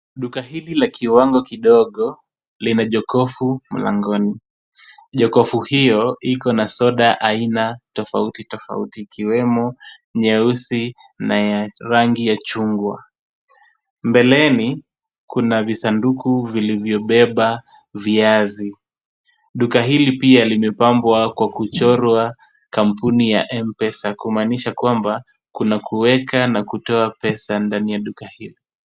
Duka hili la kiwango kidogo lina jokofu mlangoni. Jokofu hiyo iko na soda aina tofauti tofauti, ikiwemo nyeusi na ya rangi ya chungwa. Mbeleni kuna visanduku vilivyobeba viazi. Duka hili pia limepambwa kwa kuchorwa kampuni ya M-pesa. Kumanisha kwamba kuna kuweka na kutoa pesa ndani duka hili.